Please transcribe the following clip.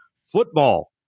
Football